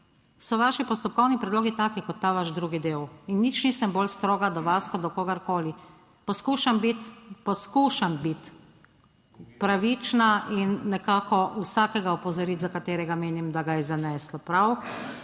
so vaši postopkovni predlogi taki, kot ta vaš drugi del. In nič nisem bolj stroga do vas, kot do kogarkoli. Poskušam biti, poskušam biti pravična in nekako vsakega opozoriti, za katerega menim, da ga je zaneslo. Prav?